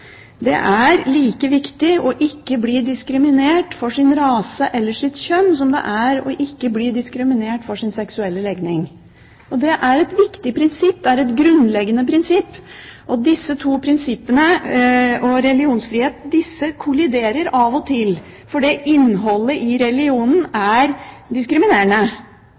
Det er like viktig ikke å bli diskriminert for sin rase eller sitt kjønn som det er ikke å bli diskriminert for sin seksuelle legning. Det er et viktig prinsipp, det er et grunnleggende prinsipp, og disse to prinsippene og religionsfrihet kolliderer av og til, fordi innholdet i religionen er diskriminerende.